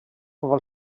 vol